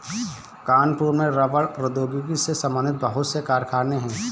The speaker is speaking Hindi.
कानपुर में रबड़ प्रौद्योगिकी से संबंधित बहुत से कारखाने है